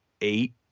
eight